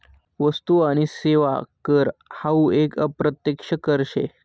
वस्तु आणि सेवा कर हावू एक अप्रत्यक्ष कर शे